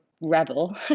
rebel